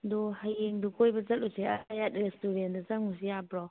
ꯑꯗꯣ ꯍꯌꯦꯡꯗꯣ ꯀꯣꯏꯕ ꯆꯠꯂꯨꯁꯤ ꯑꯜ ꯍꯌꯥꯠ ꯔꯦꯁꯇꯨꯔꯦꯟꯗ ꯆꯪꯉꯨꯁꯤ ꯌꯥꯕ꯭ꯔꯣ